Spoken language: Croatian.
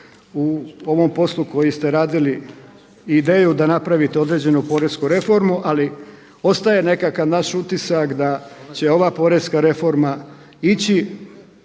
u ovom poslu koji ste radili i ideju da napravite određenu poresku reformu. Ali ostaje nekakav naš utisak da će ova porezna reforma ići